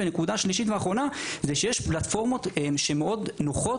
הנקודה השלישית והאחרונה: יש פלטפורמות שמאוד נוחות